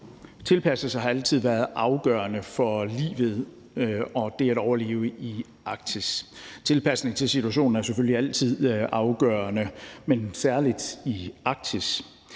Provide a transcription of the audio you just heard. tilpasse sig har altid været afgørende for livet og det at overleve i Arktis. Tilpasning til situationen er selvfølgelig altid afgørende, men særlig i Arktis.